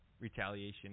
retaliation